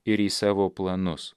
ir į savo planus